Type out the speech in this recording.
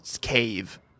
cave